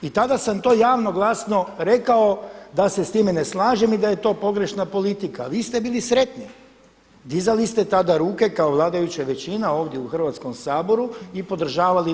I tada sam to javno, glasno rekao da se s time ne slažem i da je to pogrešna politika a vi ste bili sretni, dizali ste tada ruke kao vladajuća većina, ovdje u Hrvatskom saboru i podržavali to.